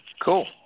Cool